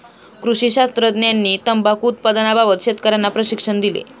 कृषी शास्त्रज्ञांनी तंबाखू उत्पादनाबाबत शेतकर्यांना प्रशिक्षण दिले